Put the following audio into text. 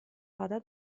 pada